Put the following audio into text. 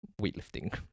weightlifting